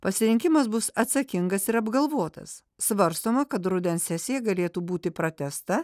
pasirinkimas bus atsakingas ir apgalvotas svarstoma kad rudens sesija galėtų būti pratęsta